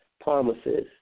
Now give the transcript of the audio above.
promises